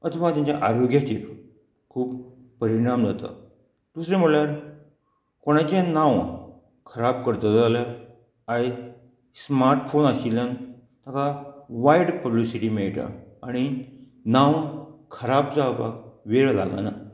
अथवा तेंच्या आरोग्याचेर खूब परिणाम जाता दुसरें म्हणल्यार कोणाचें नांव खराब करतलो जाल्यार आयज स्मार्ट फोन आशिल्ल्यान ताका वायट पब्लिसिटी मेळटा आनी नांवां खराब जावपाक वेळ लागना